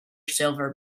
silver